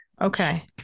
Okay